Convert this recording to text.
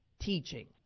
teaching